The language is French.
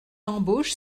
embauche